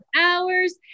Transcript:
hours